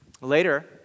Later